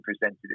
presented